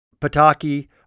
Pataki